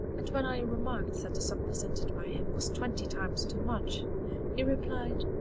and when i remarked that the sum presented by him was twenty times too much he replied,